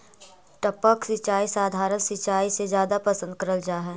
टपक सिंचाई सधारण सिंचाई से जादा पसंद करल जा हे